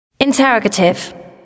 Interrogative